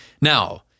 Now